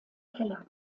keller